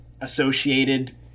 associated